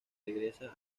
regresa